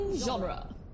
genre